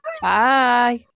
Bye